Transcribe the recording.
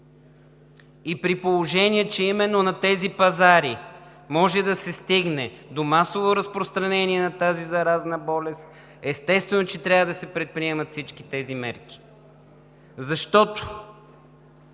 При положение че именно на тези пазари може да се стигне до масово разпространение на тази заразна болест, естествено, че трябва да се предприемат всички тези мерки. По-важна